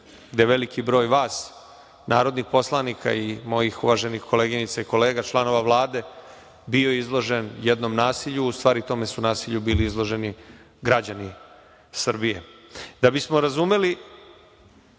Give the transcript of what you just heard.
je veliki broj vas, narodnih poslanika i mojih uvaženih koleginica i kolega članova Vlade, bio izložen jednom nasilju. U stvari, tom su nasilju bili izloženi građani Srbije. Da bismo razumeli